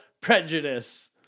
prejudice